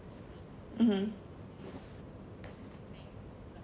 (uh huh)